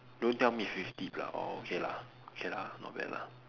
don't tell me fifty plus orh okay lah okay lah not bad lah